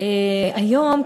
היום,